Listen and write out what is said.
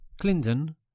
Clinton